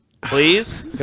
Please